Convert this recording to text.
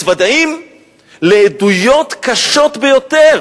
מתוודעים לעדויות קשות ביותר,